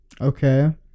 okay